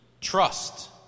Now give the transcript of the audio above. trust